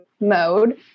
mode